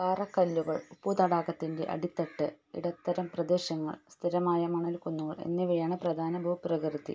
പാറക്കല്ലുകൾ ഉപ്പു തടാകത്തിൻ്റെ അടിത്തട്ട് ഇടത്തരം പ്രദേശങ്ങൾ സ്ഥിരമായ മണൽ കുന്നുകൾ എന്നിവയാണ് പ്രധാന ഭൂപ്രകൃതി